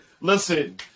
Listen